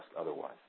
otherwise